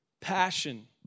passion